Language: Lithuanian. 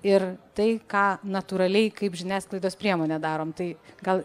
ir tai ką natūraliai kaip žiniasklaidos priemonė darom tai gal